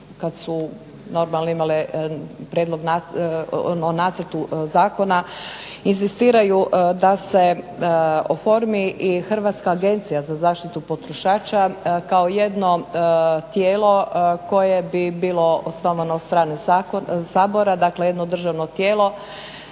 kada su normalno imale o nacrtu zakona inzistiraju da se oformi i hrvatska agencija za zaštitu potrošača kao jedno tijelo koje bi bilo osnovano sa strane Sabora, dakle jedno državno tijelo